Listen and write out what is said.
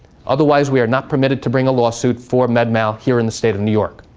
otherwise we are not permitted to bring a lawsuit for med mal here in the state of new york.